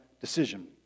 decision